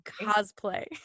cosplay